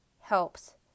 helps